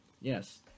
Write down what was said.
Yes